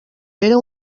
era